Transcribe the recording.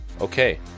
Okay